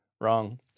wrong